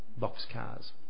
boxcars